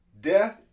Death